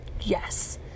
yes